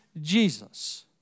Jesus